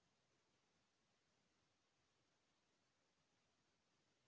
धान ल कीड़ा ले के कोन कोन तरीका हवय?